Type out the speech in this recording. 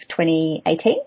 2018